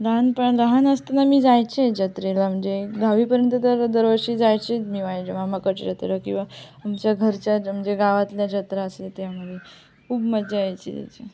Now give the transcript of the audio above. लहानपण लहान असताना मी जायचे जत्रेला म्हणजे दहावीपर्यंत तर दरवर्षी जायचेच मी मामाकडच्या जत्रा किंवा आमच्या घरच्या म्हणजे गावातल्या जत्रा असेल त्यामध्ये खूप मज्जा यायची त्याची